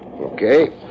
Okay